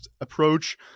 approach